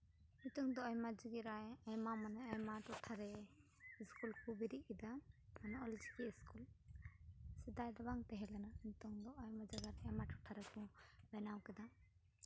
ᱱᱤᱛᱳᱝ ᱫᱚ ᱟᱭᱢᱟ ᱡᱩᱜᱮᱨᱟᱭ ᱟᱭᱢᱟ ᱢᱟᱱᱮ ᱟᱭᱢᱟ ᱢᱟᱱᱮ ᱟᱭᱢᱟ ᱴᱚᱴᱷᱟᱨᱮ ᱤᱥᱠᱩᱞ ᱠᱚᱠᱚ ᱵᱤᱨᱤᱫ ᱠᱮᱫᱟ ᱚᱱᱟ ᱚᱞᱪᱤᱠᱤ ᱤᱥᱠᱩᱞ ᱥᱮᱫᱟᱭ ᱫᱚ ᱵᱟᱝ ᱛᱟᱦᱮᱸ ᱠᱟᱱᱟ ᱱᱤᱛᱚᱝ ᱫᱚ ᱟᱭᱢᱟ ᱡᱟᱭᱜᱟ ᱨᱮ ᱟᱭᱢᱟ ᱴᱚᱴᱷᱟᱨᱮ ᱵᱮᱱᱟᱣ ᱠᱟᱫᱟ